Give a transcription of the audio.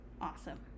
awesome